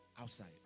outside